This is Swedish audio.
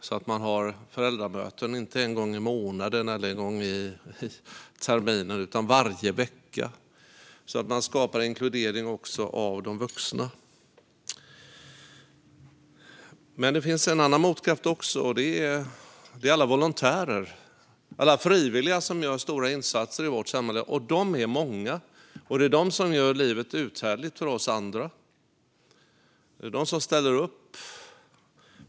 Man har inte föräldramöten en gång i månaden eller en gång per termin, utan varje vecka. Man skapar alltså inkludering också av de vuxna. Det finns en annan motkraft, och det är alla volontärer, frivilliga, som gör stora insatser i vårt samhälle. Och de är många. Det är de som gör livet uthärdligt för oss andra. Det är de som ställer upp.